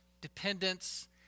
dependence